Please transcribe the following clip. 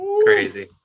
Crazy